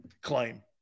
claim